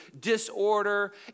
disorder